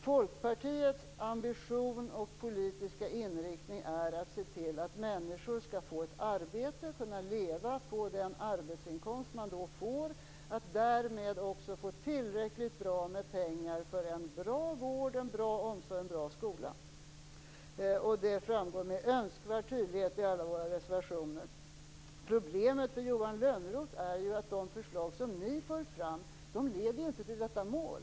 Folkpartiets ambition och politiska inriktning är att se till att människor skall få ett arbete, kunna leva på den arbetsinkomst de då får och därmed också få tillräckligt med pengar för en bra vård, en bra omsorg och en bra skola. Detta framgår med önskvärd tydlighet i alla Folkpartiets reservationer. Problemet för Johan Lönnroth är att de förslag som Vänsterpartiet för fram inte leder till detta mål.